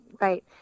Right